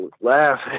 laugh